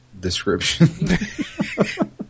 description